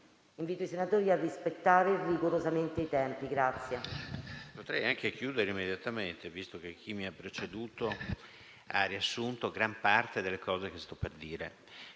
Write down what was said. Invito i senatori a rispettare rigorosamente i tempi. [DAL